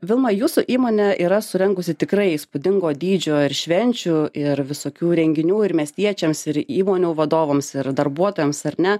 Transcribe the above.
vilma jūsų įmonė yra surengusi tikrai įspūdingo dydžio ir švenčių ir visokių renginių ir miestiečiams ir įmonių vadovams ir darbuotojams ar ne